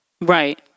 Right